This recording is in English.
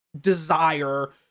desire